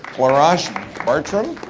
clarsach bartram.